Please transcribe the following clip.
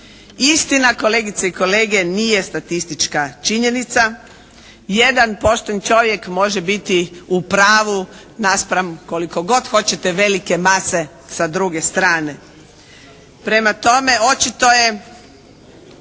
Istina kolegice i kolege, nije statistička činjenica. Jedan pošten čovjek može biti u pravu naspram koliko god hoćete velike mase sa druge strane. Prema tome, očito je